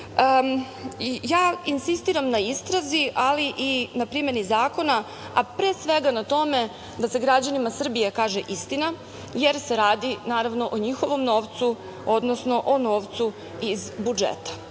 insistiram na istrazi, ali i na primeni zakona, a pre svega na tome da se građanima Srbije kaže istina, jer se radi o njihovom novcu, odnosno o novcu iz budžeta.